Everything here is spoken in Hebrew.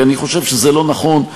כי אני חושב שזה לא נכון,